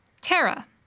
Tara